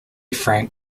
frank